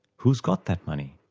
who's got that money?